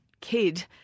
kid